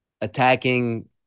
attacking